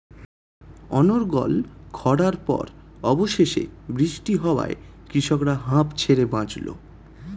অনর্গল খড়ার পর অবশেষে বৃষ্টি হওয়ায় কৃষকরা হাঁফ ছেড়ে বাঁচল